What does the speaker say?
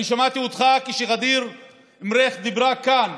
אני שמעתי אותך כשע'דיר מריח דיברה כאן